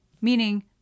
Meaning